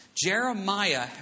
Jeremiah